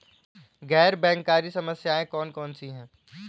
गैर बैंककारी संस्थाएँ कौन कौन सी हैं?